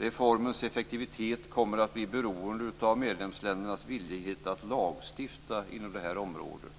Reformens effektivitet kommer att bli beroende av medlemsländernas villighet att lagstifta på området.